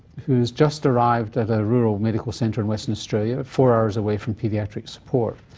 who's just arrived at a rural medical centre in western australia, four hours away from paediatric support.